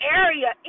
area